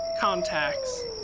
contacts